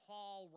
Paul